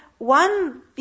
One